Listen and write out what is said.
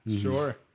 Sure